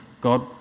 God